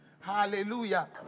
hallelujah